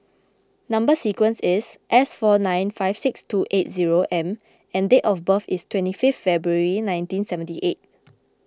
Number Sequence is S four nine five six two eight zero M and date of birth is twenty five February nineteen seventy eight